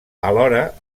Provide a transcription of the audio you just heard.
alhora